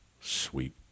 sweet